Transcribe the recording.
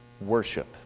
worship